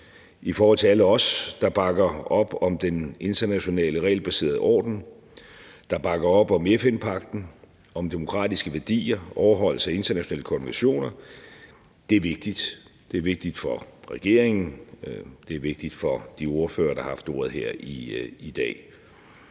i forhold til alle os, der bakker op om den internationale regelbaserede orden og bakker op om FN-pagten, om demokratiske værdier og overholdelse af internationale konventioner. Det er vigtigt. Det er vigtigt for regeringen, og det er vigtigt for de ordførere, der har haft ordet her i dag.